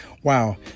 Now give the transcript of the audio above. Wow